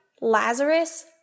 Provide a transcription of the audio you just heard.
Lazarus